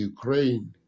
Ukraine